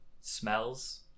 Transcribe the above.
smells